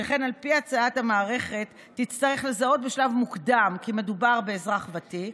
שכן על פי הצעת המערכת תצטרך לזהות בשלב מוקדם כי מדובר באזרח ותיק,